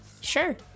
Sure